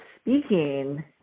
speaking